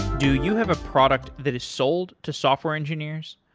do you have a product that is sold to software engineers?